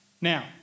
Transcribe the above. Now